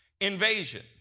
invasion